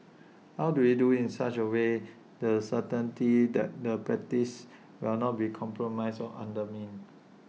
how do we do IT such away the certainty that the practices will not be compromised or undermined